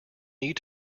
need